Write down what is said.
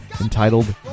Entitled